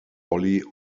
ollie